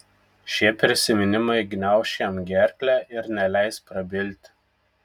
šie prisiminimai gniauš jam gerklę ir neleis prabilti